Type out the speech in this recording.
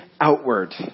outward